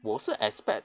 我是 expect